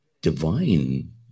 divine